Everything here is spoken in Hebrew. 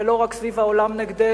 ולא רק סביב העולם נגדנו,